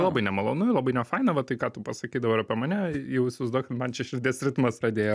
labai nemalonu labai nefaina va tai ką tu pasakei dabar apie mane jau įsivaizduokim man čia širdies ritmas pradėjo